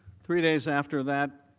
three days after that,